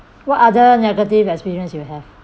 what other negative experience you have